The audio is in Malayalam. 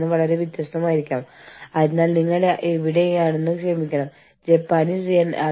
നിങ്ങളുടെ തൊഴിൽ രീതികൾ നിങ്ങൾ എങ്ങനെയാണ് ഓഡിറ്റ് ചെയ്യുന്നത്